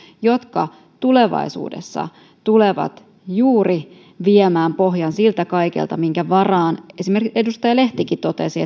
jotka tulevaisuudessa tulevat juuri viemään pohjan siltä kaikelta minkä varaan suomi on laskenut esimerkiksi edustaja lehtikin tämän totesi